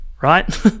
right